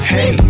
Hey